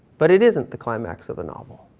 but it isn't the climax of the novel.